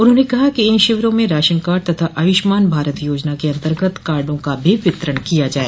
उन्होंने कहा कि इन शिविरों में राशन कार्ड तथा आयुष्मान भारत योजना के अन्तर्गत कार्डों का भी वितरण किया जाय